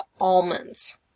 almonds